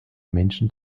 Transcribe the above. menschen